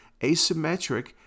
asymmetric